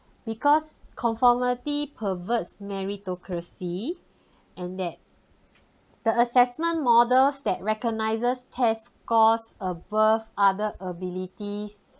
because conformity perverts meritocracy and that the assessment models that recognises test scores above other abilities